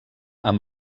amb